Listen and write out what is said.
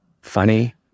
funny